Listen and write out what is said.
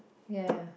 ya